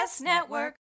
network